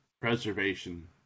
preservation